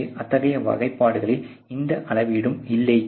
எனவே அத்தகைய வகைப்பாடுகளில் எந்த அளவீடும் இல்லை